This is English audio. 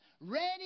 ready